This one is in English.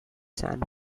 san